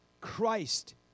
Christ